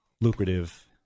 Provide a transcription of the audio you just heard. lucrative